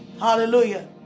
Hallelujah